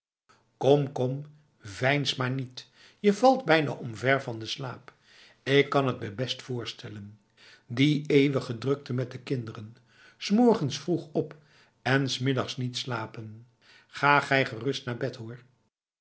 kom kom veins maar niet je valt bijna omver van de slaap ik kan het me best voorstellen die eeuwige drukte met de kinderen s morgens vroeg op en s middags niet slapenj ga jij gerust naar bed hoorf